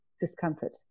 discomfort